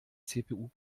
cpu